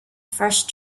first